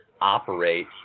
operate